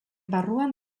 barruan